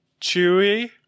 chewy